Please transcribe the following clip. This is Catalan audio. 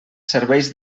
serveix